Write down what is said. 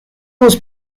most